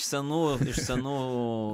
senų senų